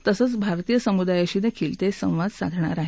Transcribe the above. तसंच भारतीय समुदायाशी देखील ते संवाद साधणार आहेत